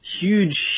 huge